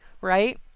right